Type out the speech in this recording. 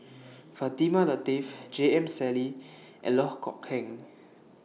Fatimah Lateef J M Sali and Loh Kok Heng